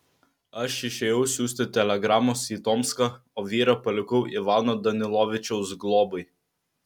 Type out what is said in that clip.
aš išėjau siųsti telegramos į tomską o vyrą palikau ivano danilovičiaus globai